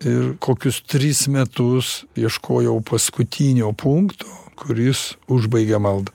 ir kokius tris metus ieškojau paskutinio punkto kuris užbaigia maldą